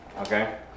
Okay